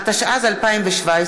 התשע"ז 2017,